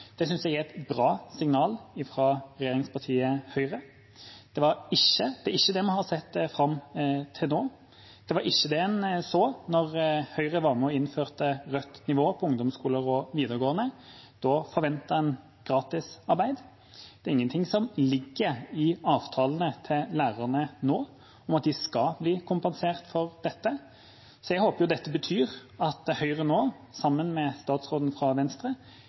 Det synes jeg er et bra signal fra regjeringspartiet Høyre. Det er ikke det vi har sett fram til nå. Det var ikke det vi så da Høyre var med og innførte rødt nivå i ungdomsskoler og videregående skoler. Da forventet en gratisarbeid. Det er ingenting som ligger i avtalene til lærerne nå om at de skal bli kompensert for dette, så jeg håper dette betyr at Høyre sammen med statsråden fra Venstre